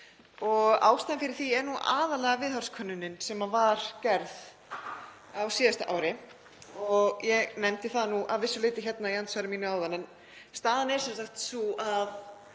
Ástæðan fyrir því er aðallega viðhorfskönnunin sem var gerð á síðasta ári og ég nefndi það að vissu leyti hérna í andsvari mínu áðan. En staðan er sem sagt sú að